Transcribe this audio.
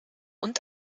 und